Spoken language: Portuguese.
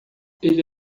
ele